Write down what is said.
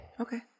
Okay